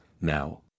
Now